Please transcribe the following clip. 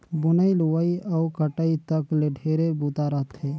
बुनई, लुवई अउ कटई तक ले ढेरे बूता रहथे